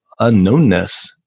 unknownness